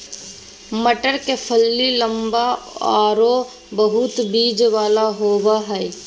मटर के फली लम्बा आरो बहुत बिज वाला होबा हइ